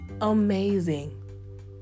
amazing